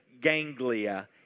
ganglia